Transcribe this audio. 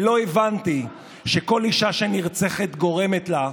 לא הבנתי שכל אישה שנרצחת גורמת לה,